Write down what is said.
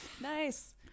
Nice